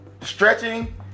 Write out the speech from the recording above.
Stretching